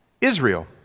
Israel